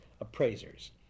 appraisers